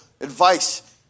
advice